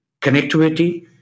connectivity